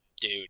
dude